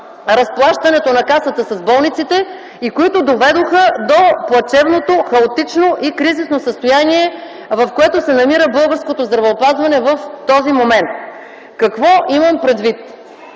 разплащането на Касата с болниците и те доведоха до плачевното, хаотично и кризисно състояние, в което се намира българското здравеопазване в този момент. Какво имам предвид?